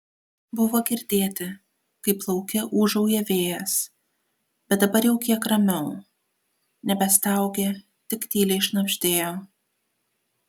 buvo girdėti kaip lauke ūžauja vėjas bet dabar jau kiek ramiau nebestaugė tik tyliai šnabždėjo